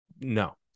No